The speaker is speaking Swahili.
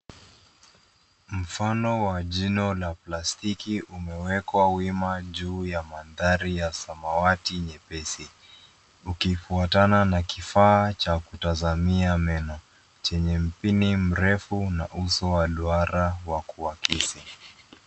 Mfano wa jino la plastiki umewekwa wima juu ya mandhari ya samawati nyepesi ukifuatana na kifaa cha kutazamia meno chenye mpini mrefu na uso wa duara wa kuakisi.